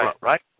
Right